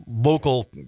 local